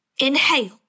Inhale